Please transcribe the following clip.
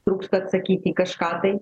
trūksta atsakyt į kažką tai